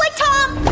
like tom!